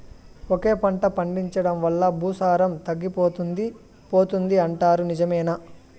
ఒకే పంట పండించడం వల్ల భూసారం తగ్గిపోతుంది పోతుంది అంటారు నిజమేనా